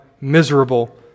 miserable